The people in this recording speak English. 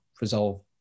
resolve